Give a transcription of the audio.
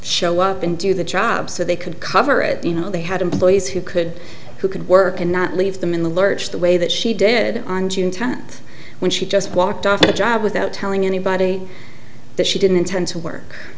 show up and do the job so they could cover it you know they had employees who could who could work and not leave them in the lurch the way that she did on june tenth when she just walked off the job without telling anybody that she didn't intend to work